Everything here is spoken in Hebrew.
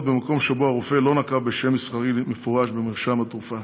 במקום שבו הרופא לא נקב בשם מסחרי מפורש במרשם התרופה.